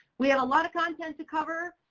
we have a lot of content to cover,